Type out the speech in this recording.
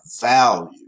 value